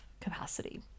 capacity